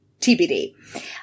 TBD